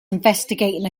investigating